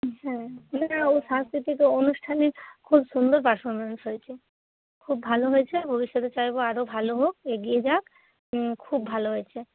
হ্যাঁ না না ও সাংস্কৃতিক অনুষ্ঠানে খুব সুন্দর পারফর্মেন্স হয়েছে খুব ভালো হয়েছে ভবিষ্যতে চাইব আরও ভালো হোক এগিয়ে যাক খুব ভালো হয়েছে